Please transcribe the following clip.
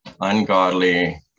ungodly